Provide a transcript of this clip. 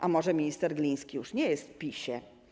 A może minister Gliński już nie jest w PiS-ie?